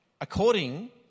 According